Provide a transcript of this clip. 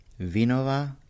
Vinova